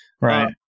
Right